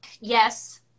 yes